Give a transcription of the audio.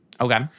Okay